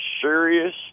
serious